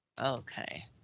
Okay